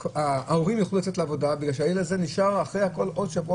ההורים יכלו לצאת לעבודה ובגלל שהילד הזה נשאר עוד שבוע,